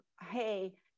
hey